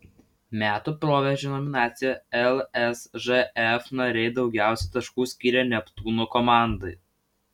metų proveržio nominacijoje lsžf nariai daugiausiai taškų skyrė neptūno komandai